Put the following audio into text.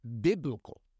biblical